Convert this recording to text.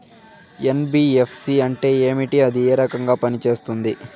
NBFC అంటే ఏమి అది ఏ రకంగా పనిసేస్తుంది